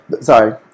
Sorry